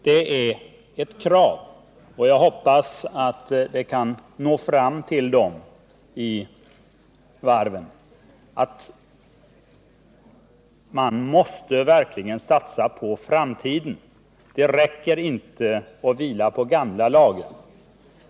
Detta är ett krav, och jag hoppas att det kan nå fram till varven att man verkligen måste satsa på framtiden. Det räcker inte att ligga med gamla lager.